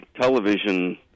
television